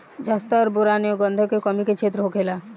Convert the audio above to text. जस्ता और बोरान एंव गंधक के कमी के क्षेत्र कौन होखेला?